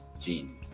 gene